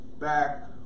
back